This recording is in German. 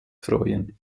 freuen